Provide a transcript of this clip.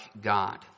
God